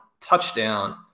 touchdown